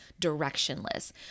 directionless